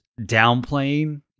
downplaying